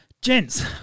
Gents